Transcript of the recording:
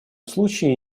случае